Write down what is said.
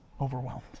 overwhelmed